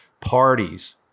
parties